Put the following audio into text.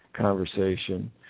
conversation